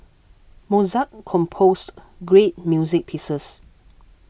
Mozart composed great music pieces